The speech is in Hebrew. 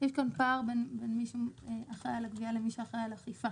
יש כאן פער בין מי שאחראי על הגבייה לבין מי שאחראי על האכיפה.